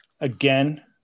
Again